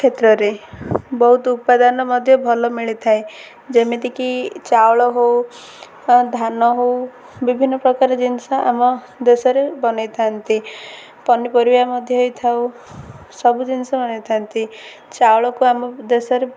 କ୍ଷେତ୍ରରେ ବହୁତ ଉପାଦାନ ମଧ୍ୟ ଭଲ ମିଳିଥାଏ ଯେମିତିକି ଚାଉଳ ହଉ ଧାନ ହଉ ବିଭିନ୍ନ ପ୍ରକାର ଜିନିଷ ଆମ ଦେଶ ରେ ବନାଇଥାନ୍ତି ପନିପରିବା ମଧ୍ୟ ହେଇ ଥାଉ ସବୁ ଜିନିଷ ବନାଇଥାନ୍ତି ଚାଉଳକୁ ଆମ ଦେଶରେ